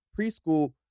preschool